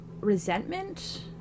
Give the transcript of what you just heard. resentment